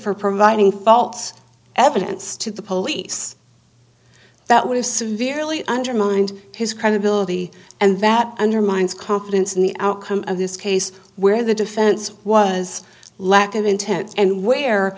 for providing faults evidence to the police that would have severely undermined his credibility and that undermines confidence in the outcome of this case where the defense was lack of intent and where